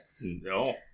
no